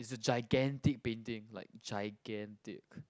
is a gigantic painting like gigantic